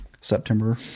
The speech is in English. September